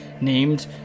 named